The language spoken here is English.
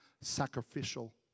sacrificial